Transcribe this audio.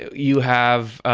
you have